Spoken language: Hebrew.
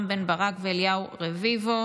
רם בן ברק ואליהו רביבו.